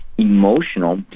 emotional